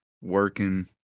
working